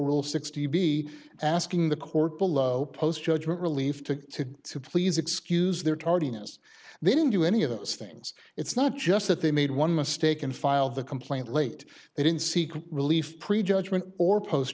rule sixty be asking the court below post judgment relieve to to please excuse their tardiness they didn't do any of those things it's not just that they made one mistake and filed the complaint late they didn't seek relief prejudgment or post